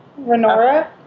Renora